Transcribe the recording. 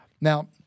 Now